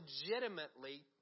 legitimately